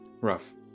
rough